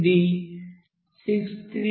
ఇది 6321